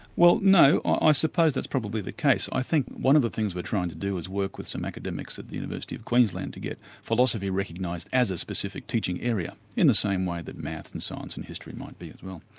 well no, i suppose that's probably the case. i think one of the things we're trying to do is work with some academics at the university of queensland, to get philosophy recognised as a specific teaching area, in the same way that math and science and history might be as well,